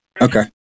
Okay